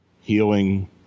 healing